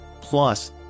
Plus